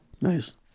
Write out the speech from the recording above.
Nice